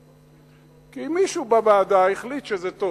כי מישהו בוועדה החליט שזה טוב.